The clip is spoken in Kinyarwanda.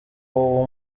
uwo